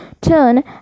turn